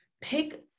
Pick